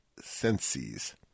senses